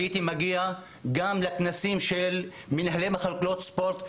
הייתי מגיעה גם לכנסים של מנהלי מחלקות ספורט.